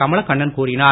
கமலக்கண்ணன் கூறினார்